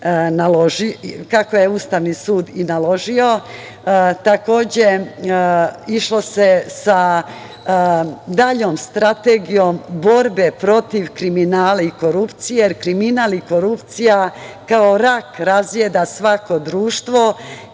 kako je to Ustavni sud i naložio. Takođe, išlo se sa daljom strategijom borbe protiv kriminala i korupcije, jer kriminal i korupcija kao rak razjeda svako društvo